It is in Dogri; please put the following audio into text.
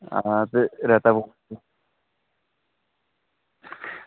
हां ते रेता